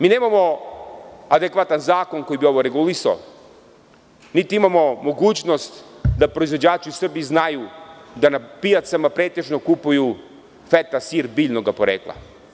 Mi nemamo adekvatan zakon koji bi ovo regulisao, niti imamo mogućnost da proizvođači u Srbiji znaju da na pijacama pretežno kupuju feta sir biljnog porekla.